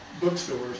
bookstores